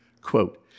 Quote